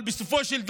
אבל בסופו של דבר,